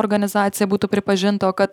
organizacija būtų pripažinta o kad